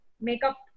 makeup